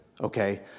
okay